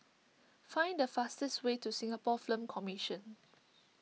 find the fastest way to Singapore Film Commission